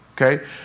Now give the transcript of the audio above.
Okay